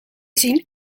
zien